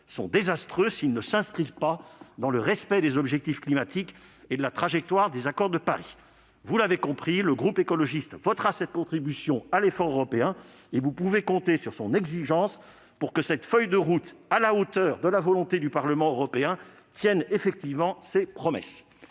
sont désastreux s'ils ne s'inscrivent pas dans le respect des objectifs climatiques et de la trajectoire de l'accord de Paris ! Vous l'avez compris, le groupe écologiste votera cette contribution à l'effort européen. Vous pouvez compter sur son exigence pour que cette feuille de route, à la hauteur de la volonté du Parlement européen, tienne effectivement ses promesses